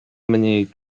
mniej